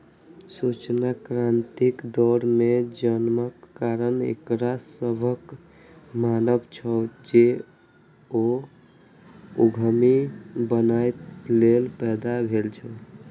सूचना क्रांतिक दौर मे जन्मक कारण एकरा सभक मानब छै, जे ओ उद्यमी बनैए लेल पैदा भेल छै